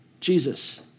Jesus